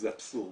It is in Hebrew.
זה אבסורד.